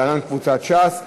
להלן: קבוצת ש"ס,